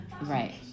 right